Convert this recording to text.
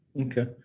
Okay